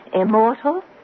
immortal